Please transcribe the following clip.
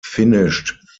finished